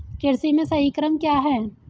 कृषि में सही क्रम क्या है?